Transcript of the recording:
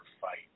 fight